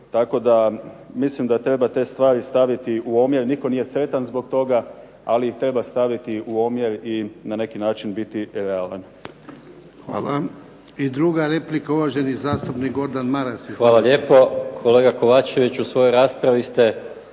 Tako da mislim da treba te stvari staviti u omjer. Nitko nije sretan zbog toga, ali ih treba staviti u omjer i na neki način biti i realan. **Jarnjak, Ivan (HDZ)** Hvala. I druga replika, uvaženi zastupnik Gordan Maras. Izvolite. **Maras, Gordan (SDP)** Hvala lijepo. Kolega Kovačević, u svojoj raspravi ste